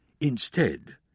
Instead